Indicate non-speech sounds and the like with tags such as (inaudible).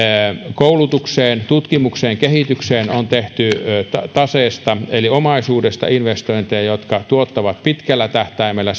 koulutukseen tutkimukseen kehitykseen on tehty taseesta eli omaisuudesta investointeja jotka tuottavat pitkällä tähtäimellä (unintelligible)